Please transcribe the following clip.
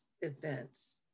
events